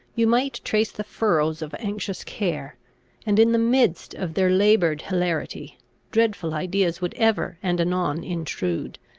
you might trace the furrows of anxious care and in the midst of their laboured hilarity dreadful ideas would ever and anon intrude,